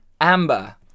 Amber